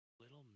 Little